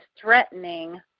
threatening